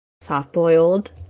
soft-boiled